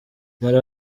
yari